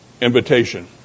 invitation